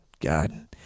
god